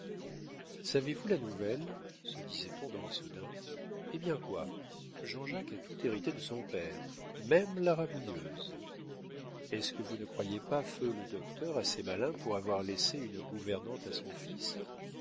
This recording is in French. savez-vous la nouvelle se disait-on dans issoudun eh bien quoi jean-jacques a tout hérité de son père même la rabouilleuse est-ce que vous ne croyez pas feu le docteur assez malin pour avoir laissé une gouvernante à son fils